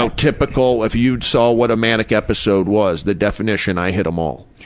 so typical, if you saw what a manic episode was, the definition, i hit them all.